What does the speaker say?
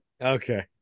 Okay